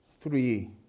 three